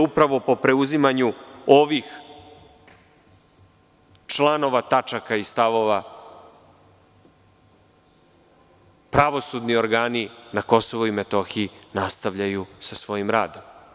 Upravno po preuzimanju ovih članova, tačaka i stavova pravosudni organi na KiM nastavljaju sa svojim radom.